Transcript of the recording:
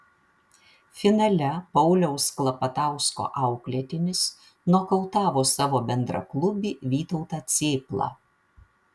finale pauliaus klapatausko auklėtinis nokautavo savo bendraklubį vytautą cėplą